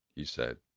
he said,